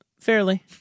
fairly